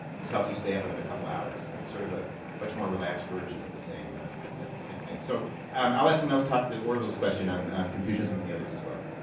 this helps you stay up another couple hours. i mean it's sort of a much more relaxed version of the same same thing. so um i'll let someone else talk to orville's question on confucianism and the others as well.